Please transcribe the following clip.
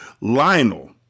Lionel